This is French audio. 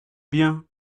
bien